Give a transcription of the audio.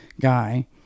guy